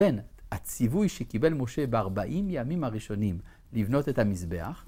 בין הציווי שקיבל משה בארבעים ימים הראשונים לבנות את המזבח